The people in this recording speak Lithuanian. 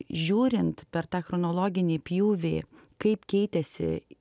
žiūrint per tą chronologinį pjūvį kaip keitėsi